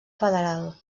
federal